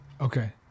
Okay